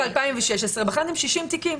בחנתם ב-2016-2015 60 תיקים.